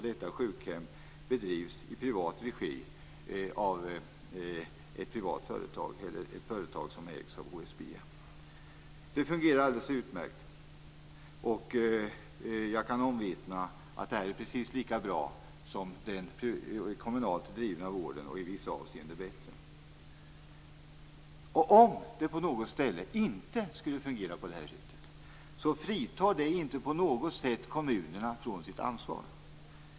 Detta sjukhem bedrivs i privat regi av ett företag som ägs av HSB. Det fungerar alldeles utmärkt, och jag kan omvittna att det är precis lika bra som den kommunalt drivna vården och i vissa avseenden bättre. Och om det på något ställe inte skulle fungera bra fritar det inte på något sätt kommunerna från deras ansvar.